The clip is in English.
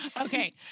Okay